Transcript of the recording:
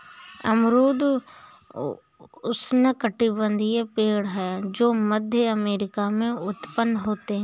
अमरूद उष्णकटिबंधीय पेड़ है जो मध्य अमेरिका में उत्पन्न होते है